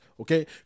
okay